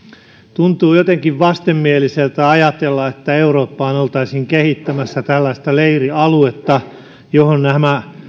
tuntuu jotenkin vastenmieliseltä ajatella että eurooppaan oltaisiin kehittämässä tällaista leirialuetta johon nämä